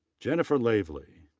jennifer lavely.